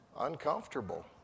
uncomfortable